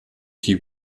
die